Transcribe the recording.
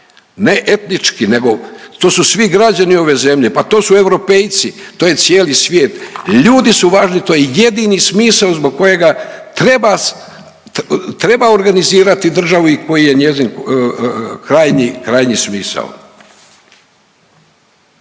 ne etnički nego to su svi građani ove zemlje, pa to su europejci, to je cijeli svijet. Ljudi su važni to je jedini smisao zbog kojega treba organizirati državu i koji je njezin krajnji smisao.